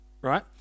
right